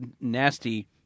nasty